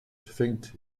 fängt